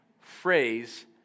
phrase